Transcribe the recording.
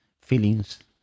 feelings